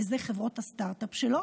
וזה חברות הסטרטאפ שלו.